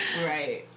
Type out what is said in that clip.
Right